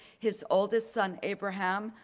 his oldest son abraham,